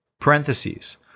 Parentheses